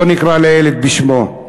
בואו נקרא לילד בשמו,